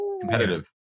competitive